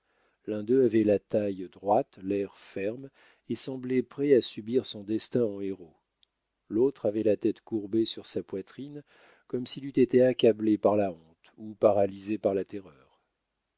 l'un d'eux avait la taille droite l'air ferme et semblait prêt à subir son destin en héros l'autre avait la tête courbée sur sa poitrine comme s'il eut été accablé par la honte ou paralysé parla terreur